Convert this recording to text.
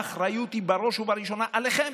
האחריות היא בראש ובראשונה עליכם.